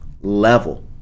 level